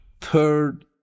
Third